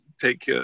take